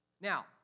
Now